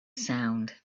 sound